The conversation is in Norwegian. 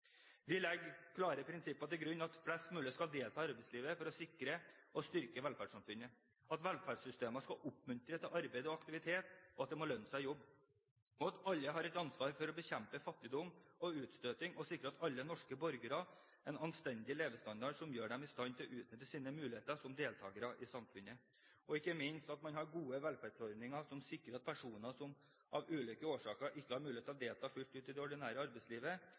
Vi legger klare prinsipper til grunn for at flest mulig skal delta i arbeidslivet for å sikre og styrke velferdssamfunnet, at velferdssystemet skal oppmuntre til arbeid og aktivitet, at det må lønne seg å jobbe, at alle har et ansvar for å bekjempe fattigdom og utstøting, å sikre alle norske borgere en anstendig levestandard som gjør dem i stand til å utnytte sine muligheter som deltakere i samfunnet, og – ikke minst – at man har gode velferdsordninger som sikrer at personer som av ulike årsaker ikke har muligheten til å delta fullt ut i det ordinære arbeidslivet,